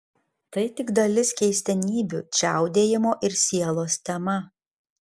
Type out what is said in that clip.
tai tik dalis keistenybių čiaudėjimo ir sielos tema